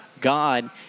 God